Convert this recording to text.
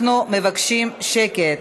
אנחנו מבקשים שקט.